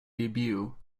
debut